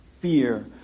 fear